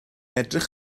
edrych